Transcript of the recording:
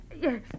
Yes